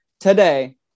today